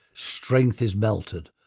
strength is melted,